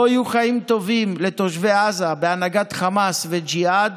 לא יהיו חיים טובים לתושבי עזה בהנהגת חמאס וג'יהאד